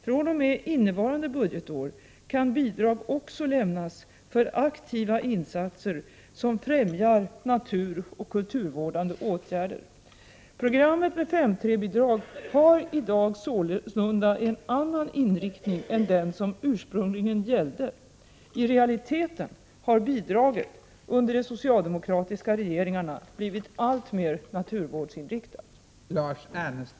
fr.o.m. innevarande budgetår kan bidrag också lämnas för aktiva insatser som främjar naturoch kulturvårdande åtgärder. Programmet med 5:3-bidrag har i dag sålunda en annan inriktning än den som ursprungligen gällde. I realiteten har bidraget under de socialdemokratiska regeringarna blivit alltmer naturvårdsinriktat.